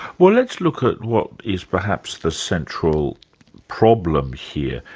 well let's look at what is perhaps the central problem here.